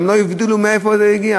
הם לא הבדילו ביניהם.